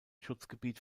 schutzgebiet